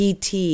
PT